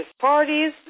parties